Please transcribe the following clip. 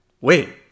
Wait